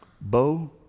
Bo